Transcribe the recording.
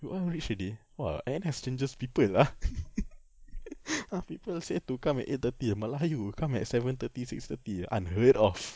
you all reach already !wah! N_S changes people ah ah people say to come at eight thirty malah you come at seven thirty six thirty unheard of